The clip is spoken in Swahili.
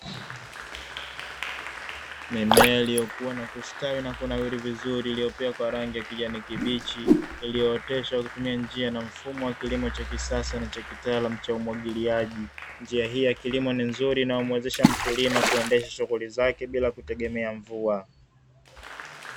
Mimea iliyokua na kustawi na kunawiri vizuri kwa rangi ya kijani kibichi iliyooteshwa kwa kutumia njia na mfumo wa kilimo cha kisasa na cha kitaalamu cha umwagiliaji, njia hii ya kilimo ni nzuri inayomuwezesha mkulima kuendesha shughuli zake bila kutegemea mvua.